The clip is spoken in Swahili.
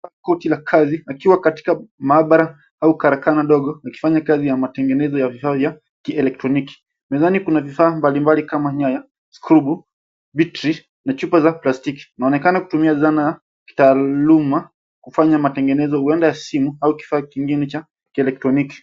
Koti la kazi akiwa katika maabara au karakana ndogo akifanya kazi ya matengenezo ya vifaa vya kielektroniki. Mezani kuna vifaa mbalimbali kama nyaya, skrubu, battery na chupa za plastiki inaonekana kutumia dhana ya kitaaluma kufanya matengenezo huenda simu au kifaa kingine cha kielektroniki.